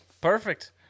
Perfect